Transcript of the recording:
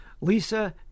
Lisa